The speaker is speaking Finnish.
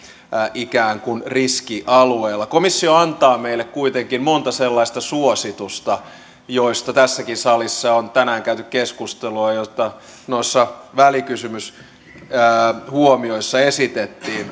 ikään kuin riskialueella komissio antaa meille kuitenkin monta sellaista suositusta joista tässäkin salissa on tänään käyty keskustelua ja joita noissa välikysymyshuomioissa esitettiin